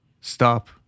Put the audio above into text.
stop